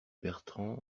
bertrand